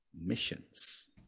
missions